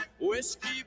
whiskey